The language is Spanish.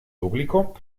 público